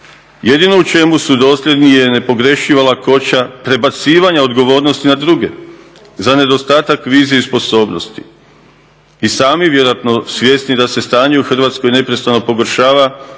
Jedino u čemu su dosljedni je nepogrešiva lakoća prebacivanja odgovornosti na druge za nedostatak vizije i sposobnosti. I sami vjerojatno svjesni da se stanje u Hrvatskoj neprestano pogoršava